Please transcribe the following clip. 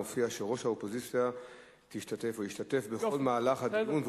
מופיע שראש האופוזיציה תשתתף או ישתתף בכל מהלך הדיון,